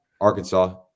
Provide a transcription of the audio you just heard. Arkansas